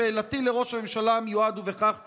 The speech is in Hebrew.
שאלתי לראש הממשלה המיועד, ובכך אסיים: